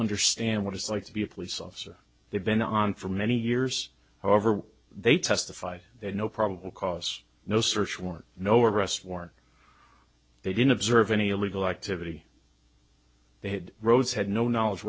understand what it's like to be a police officer they've been on for many years however they testified that no probable cause no search warrant no arrest warrant they didn't observe any illegal activity they had roads had no knowledge